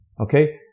Okay